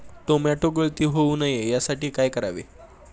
Tomato गळती होऊ नये यासाठी काय करावे?